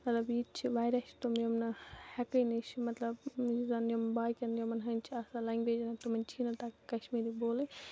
مطلب ییٚتہِ چھِ واریاہ تِم یِم نہٕ ہیکٲنی چھِ مطلب یِم زَن یُم باقین یِمن ہٕندۍ چھِ آسان لینگویجَن ہِندۍ تِمَن چھُ یی نہٕ تَگان کشمیٖری بولٕنۍ